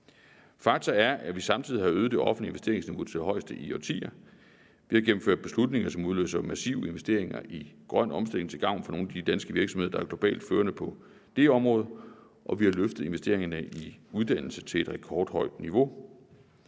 Faktum er, at vi samtidig har øget det offentlige investeringsniveau til det højeste i årtier ved at gennemføre beslutninger, som udløser massive investeringer i grøn omstilling til gavn for nogle af de danske virksomheder, der er globalt førende på det område, og at vi har løftet investeringerne i uddannelse til et rekordhøjt niveau.